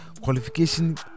qualification